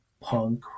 punk